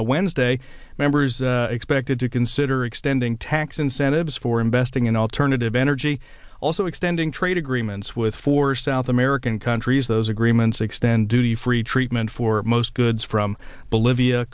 wednesday members expected to consider extending tax incentives for investing in alternative energy also extending trade agreements with four south american countries those agreements extend duty free treatment for most goods from bolivia